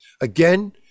again